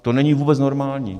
To není vůbec normální.